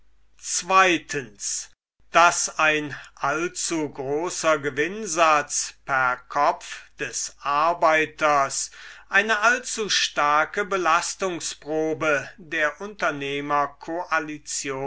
zweitens daß ein allzu großer gewinnsatz per kopf des arbeiters eine allzu starke belastungsprobe der